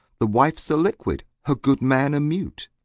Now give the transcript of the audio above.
the wife's a liquid, her good man a mute?